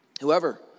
Whoever